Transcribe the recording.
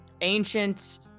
ancient